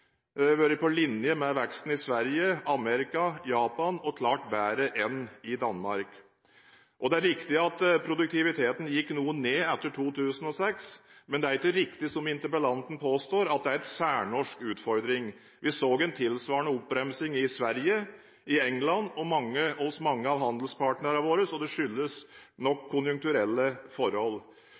vært på linje med veksten i Sverige, Amerika, Japan, og klart bedre enn i Danmark. Det er riktig at produktiviteten gikk noe ned etter 2006, men det er ikke riktig, som interpellanten påstår, at det er en særnorsk utfordring. Vi så en tilsvarende oppbremsing i Sverige, i England og hos mange av handelspartnerne våre, så det skyldes nok konjunkturelle forhold.